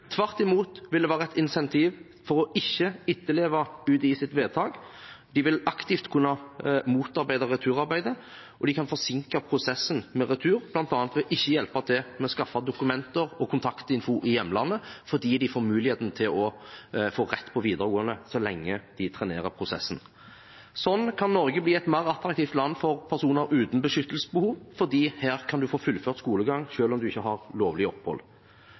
Tvert imot vil det være et incentiv for ikke å etterleve UDIs vedtak. De vil aktivt kunne motarbeide returarbeidet, og de kan forsinke prosessen med retur, bl.a. ved ikke å hjelpe til med å skaffe dokumenter og kontaktinfo i hjemlandet, fordi de får muligheten til å få rett til videregående så lenge de trenerer prosessen. Sånn kan Norge bli et mer attraktivt land for personer uten beskyttelsesbehov, fordi her kan man få fullført skolegang selv om man ikke har lovlig opphold.